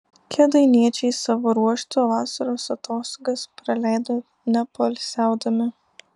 kėdainiečiai savo ruožtu vasaros atostogas praleido nepoilsiaudami